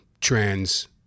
trans